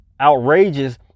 outrageous